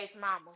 Mama